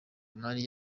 imari